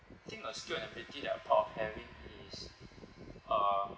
I think a skill and ability that I'm proud of having is uh